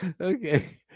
Okay